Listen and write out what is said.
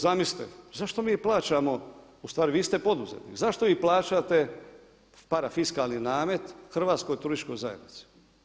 Zamislite, zašto mi plaćamo ustvari vi ste poduzetnik, zašto vi plaćate parafiskalni namet Hrvatskoj turističkoj zajednici?